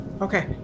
Okay